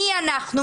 מי אנחנו,